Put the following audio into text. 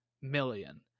million